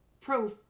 pro